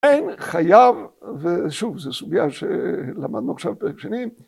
‫אין חייב, ושוב, ‫זו סוגיה שלמדנו עכשיו פרק שני.